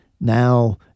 Now